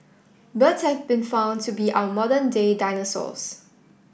birds have been found to be our modern day dinosaurs